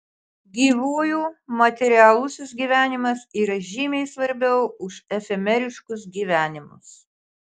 gyvųjų materialusis gyvenimas yra žymiai svarbiau už efemeriškus gyvenimus